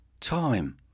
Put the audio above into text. time